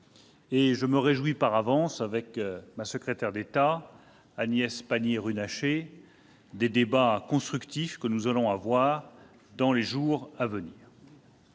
et je me réjouis par avance, avec ma secrétaire d'État Agnès Pannier-Runacher, des débats constructifs que nous allons avoir dans les jours à venir.